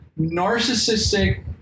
narcissistic